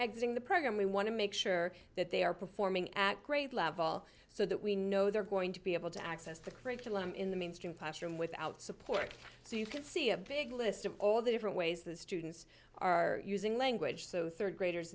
eggs in the program we want to make sure that they are performing at grade level so that we know they're going to be able to access the curriculum in the mainstream passion without support so you can see a big list of all the different ways the students are using language so the rd graders